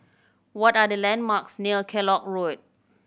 what are the landmarks near Kellock Road